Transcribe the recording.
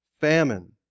famine